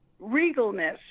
regalness